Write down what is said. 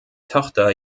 tochter